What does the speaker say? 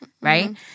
right